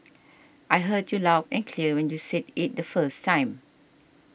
I heard you loud and clear when you said it the first time